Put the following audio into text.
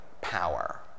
power